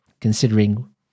considering